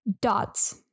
Dots